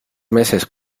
meses